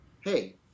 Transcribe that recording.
hey